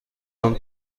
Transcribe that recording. آیم